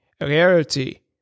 rarity